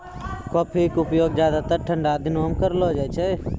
coffee के उपयोग ज्यादातर ठंडा दिनों मॅ करलो जाय छै